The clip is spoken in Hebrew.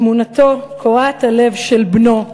תמונתו קורעת הלב של בנו,